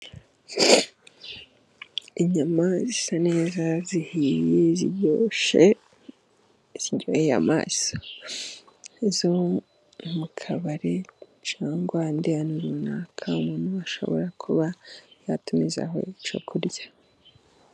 Inyama zisa neza zigiye, ziryoshye, ziryoheye amaso. N'izo mu kabari cyangwa ahandi hantu runaka, umuntu ashobora kuba yatumizaho icyo kurya.